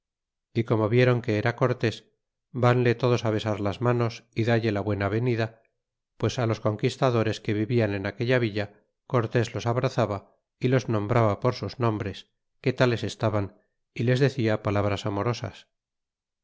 y como vieron que era cortes vanle todos besar las manos y dalle la buena venida pues los conquistadores que vivian en aquella villa cortés los abrazaba y los nombraba por sus nombres que tales estaban y les decia palabras amorosas